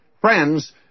Friends